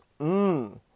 Mmm